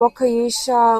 waukesha